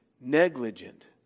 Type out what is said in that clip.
negligent